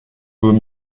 vaut